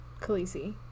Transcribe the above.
Khaleesi